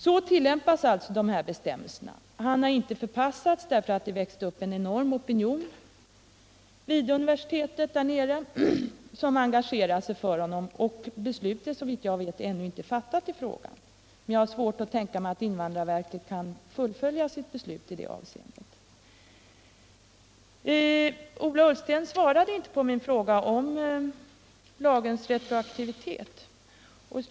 Så tillämpas alltså dessa bestämmelser. Kardas har ännu inte förpassats, därför att det blev en enorm opinion vid universitetet, där man engagerade sig för honom. Beslut är såvitt jag vet ännu inte fattat i frågan. Men jag har svårt att tänka mig att invandrarverket kan fullfölja sitt beslut i det avseendet. Ola Ullsten svarade inte på min fråga om lagens retroaktivitet.